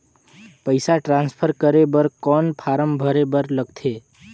पईसा ट्रांसफर करे बर कौन फारम भरे बर लगथे?